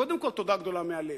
קודם כול תודה גדולה מהלב,